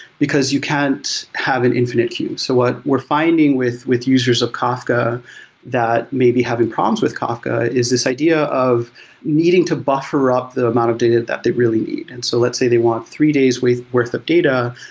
because you can't have an infinite queue. so what we're finding with with users of kafka that may be having problems with kafka is this idea of needing to buffer up the amount of data that they really need and so let's say they want three days' worth of data,